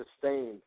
sustained